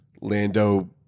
Lando